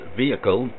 vehicle